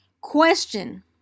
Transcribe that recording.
Question